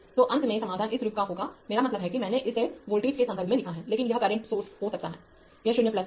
तो अंत में समाधान इस रूप का होगा मेरा मतलब है कि मैंने इसे वोल्टेज के संदर्भ में लिखा है लेकिन यह करंट सोर्स हो सकता है यह 0 है